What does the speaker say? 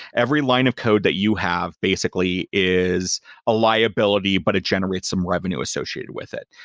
every line of code that you have basically is a liability, but it generates some revenue associated with it.